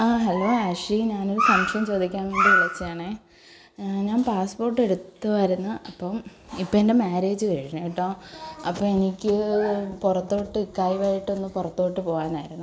ആ ഹലോ ഹർഷി ഞാനൊരു സംശയം ചോദിക്കാൻ വേണ്ടി വിളിച്ചതാണേ ഞാൻ പാസ്പോർട്ട് എടുത്തുവരുന്ന അപ്പം ഇപ്പ എൻ്റെ മാര്യേജ് കഴിഞ്ഞ് കെട്ടോ അപ്പം എനിക്ക് പുറത്തോട്ട് ഇക്കായുവായിട്ട് ഒന്ന് പുറത്തോട്ട് പോകാനായിരുന്നു